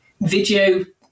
video